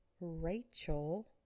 Rachel